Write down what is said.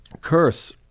curse